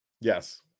Yes